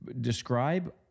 describe